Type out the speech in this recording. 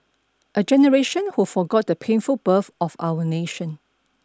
a generation who forgot the painful birth of our nation